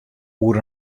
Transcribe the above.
oer